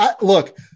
Look